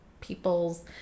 people's